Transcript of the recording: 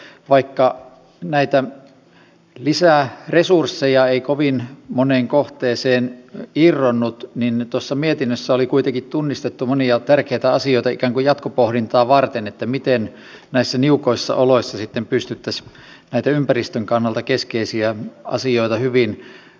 vaikka näitä lisäresursseja ei kovin moneen kohteeseen irronnut niin tuossa mietinnössä oli kuitenkin tunnistettu monia tärkeitä asioita ikään kuin jatkopohdintaa varten miten näissä niukoissa oloissa sitten pystyttäisiin näitä ympäristön kannalta keskeisiä asioita hyvin hoitamaan